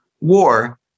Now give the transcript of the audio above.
war